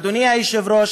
אדוני היושב-ראש,